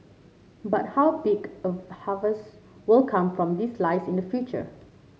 but how big a harvest will come from this lies in the future